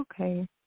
Okay